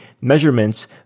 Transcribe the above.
measurements